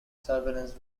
surveillance